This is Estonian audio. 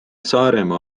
saaremaa